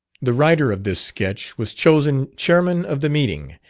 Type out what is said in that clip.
the writer of this sketch was chosen chairman of the meeting,